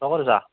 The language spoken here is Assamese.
অঁ ক'ত আছা